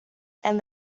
and